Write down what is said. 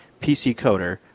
PCCODER